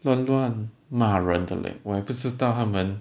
乱乱骂人的 leh 我也不知道他们